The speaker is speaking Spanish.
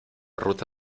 ruta